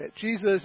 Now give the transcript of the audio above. Jesus